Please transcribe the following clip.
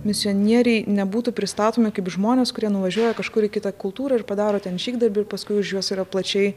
misionieriai nebūtų pristatomi kaip žmonės kurie nuvažiuoja kažkur į kitą kultūrą ir padaro ten žygdarbių ir paskui už juos yra plačiai